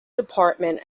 department